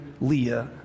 Leah